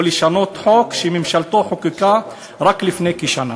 לשנות חוק שממשלתו חוקקה רק לפני כשנה?